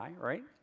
right